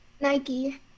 Nike